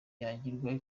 yagirwa